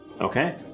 Okay